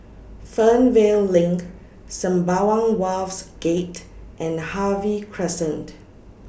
Fernvale LINK Sembawang Wharves Gate and Harvey Crescent